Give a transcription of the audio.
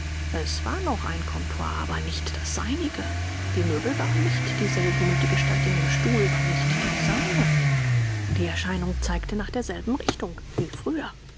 es war noch ein comptoir aber nicht das seinige die möbel waren nicht dieselben und die gestalt in dem stuhl war nicht die seine die erscheinung zeigte nach derselben richtung wie früher